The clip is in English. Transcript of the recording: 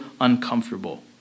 uncomfortable